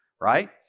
right